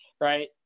right